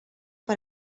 per